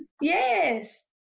Yes